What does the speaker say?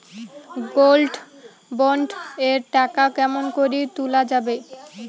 Gold bond এর টাকা কেমন করি তুলা যাবে?